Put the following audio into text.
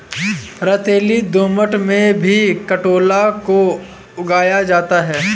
रेतीली दोमट में भी कंटोला को उगाया जाता है